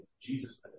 Jesus